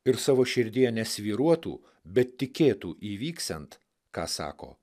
ir savo širdyje nesvyruotų bet tikėtų įvyksiant ką sako